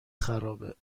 خرابه